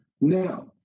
Now